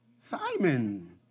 Simon